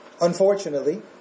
Unfortunately